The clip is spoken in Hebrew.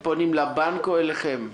הם פונים לבנק או אליכם?